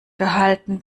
gehalten